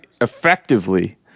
effectively